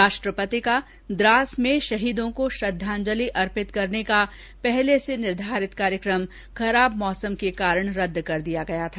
राष्ट्रपति का द्रास में शहीदों को श्रद्वांजलि अर्पित करने का पहले निर्धारित कार्यक्रम खराब मौसम के कारण रद्द कर दिया गया था